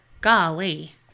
Golly